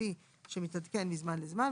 כפי שמתעדכן מזמן לזמן,